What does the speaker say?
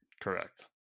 Correct